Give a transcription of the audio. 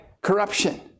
corruption